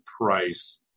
price